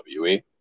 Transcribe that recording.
WWE